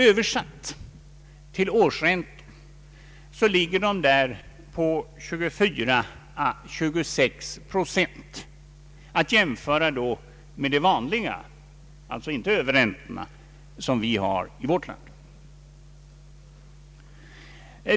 Översatt till årsränta ligger dessa på 24 å 26 procent, att jämföra med de vanliga räntorna, alltså inte överräntorna, i vårt land.